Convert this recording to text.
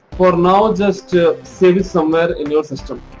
for now just save it somewhere in your system.